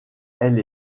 elle